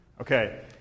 Okay